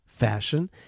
fashion